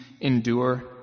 endure